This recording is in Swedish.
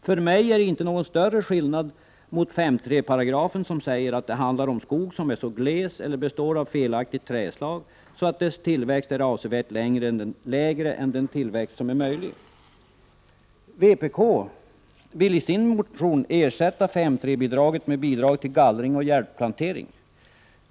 Det är för mig inte någon större skillnad mellan denna beskrivning och vad som sägs i 5 § 3 p. Där säger man att det handlar om skog som är så gles, eller består av felaktigt trädslag, att dess tillväxt är avsevärt mindre än den tillväxt som är möjlig. Vpk säger sig i sin motion vilja ersätta 5:3-bidraget med bidrag till gallring och hjälpplantering.